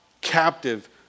captive